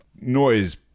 noise